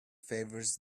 favours